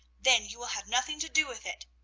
then you will have nothing to do with it.